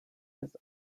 his